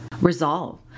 Resolve